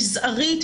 מזערית,